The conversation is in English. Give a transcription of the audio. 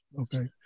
Okay